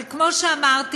אבל כמו שאמרתי,